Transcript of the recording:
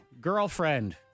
Girlfriend